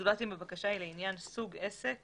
זולת אם הבקשה היא לעניין סוג עסק